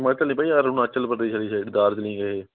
ਮੈਂ ਕਿਹਾ ਨਹੀਂ ਭਾਅ ਜੀ ਅਰੁਣਾਚਲ ਪ੍ਰਦੇਸ਼ ਵਾਲੀ ਸਾਈਡ ਦਾਰਜਲਿੰਗ ਹੈ